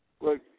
Look